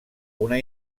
una